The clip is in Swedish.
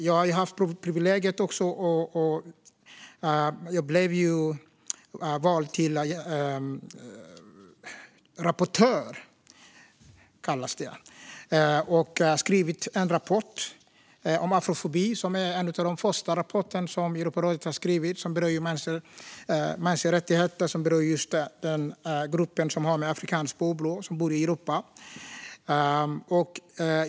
Jag har även haft privilegiet att bli vald till rapportör och har skrivit en rapport om afrofobi, en av de första rapporterna från Europarådet om dem med afrikanskt påbrå som bor i Europa.